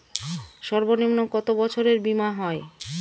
সর্বনিম্ন কত বছরের বীমার হয়?